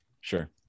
sure